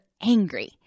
angry